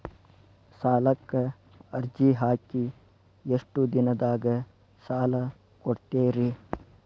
ಸಾಲಕ ಅರ್ಜಿ ಹಾಕಿ ಎಷ್ಟು ದಿನದಾಗ ಸಾಲ ಕೊಡ್ತೇರಿ?